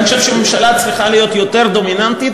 אני חושב שהממשלה צריכה להיות יותר דומיננטית